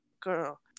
girl